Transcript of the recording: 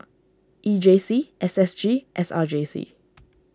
E J C S S G S R J C